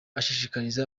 ashishikariza